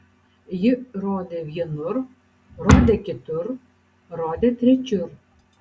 ji rodė vienur rodė kitur rodė trečiur